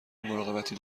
مراقبتی